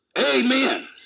Amen